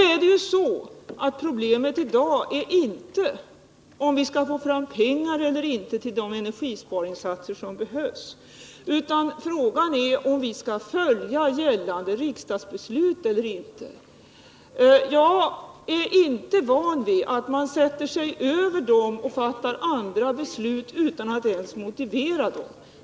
Problemet vi har att avgöra i dag är inte om vi skall få fram pengar eller inte till de energisparinsatser som behövs, utan frågan är om vi skall följa gällande riksdagsbeslut eller inte. Jag är inte van vid att man sätter sig över riksdagsbeslut och fattar andra beslut utan att ens motivera det.